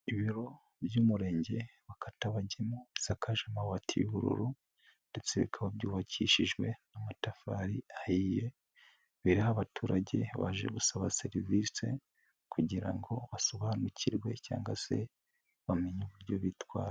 Ibiro by'umurenge wa katabagemu bisakaje amabati y'ubururu ndetse bikaba byubakishijwe n'amatafari ahiye, abaturage baje gusaba serivisi kugira ngo basobanukirwe cyangwa se bamenye uburyo bitwara.